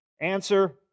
Answer